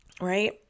right